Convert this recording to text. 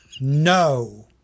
no